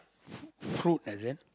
f~ fruit is it